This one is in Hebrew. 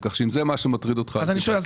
כך שאם זה מה שמטריד אותך --- אז אני שואל,